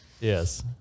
yes